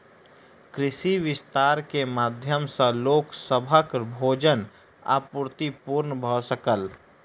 कृषि विस्तार के माध्यम सॅ लोक सभक भोजन आपूर्ति पूर्ण भ सकल